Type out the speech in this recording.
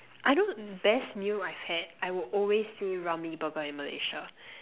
I don't best meal I had I would always say Ramly Burger in Malaysia